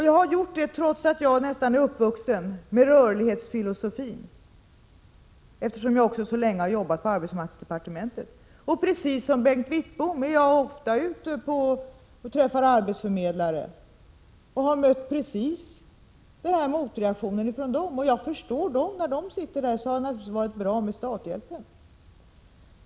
Jag har gjort det trots att jag nästan är uppvuxen med rörlighetsfilosofin, eftersom också jag har arbetat så länge på arbetsmarknadsdepartementet. Precis som Bengt Wittbom är jag ofta ute och träffar arbetsförmedlare och har mött precis den här motreaktionen från dem. Jag förstår att det för dem i deras arbete naturligtvis har varit bra med starthjälpen.